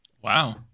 Wow